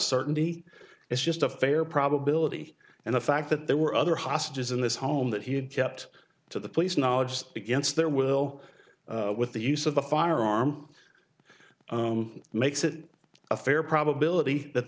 certainty it's just a fair probability and the fact that there were other hostages in this home that he had kept to the police knowledges against their will with the use of a firearm makes it a fair probability that